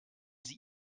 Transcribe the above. sie